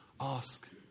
ask